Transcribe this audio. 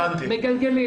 עכשיו, מגלגלים.